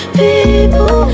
people